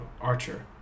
Archer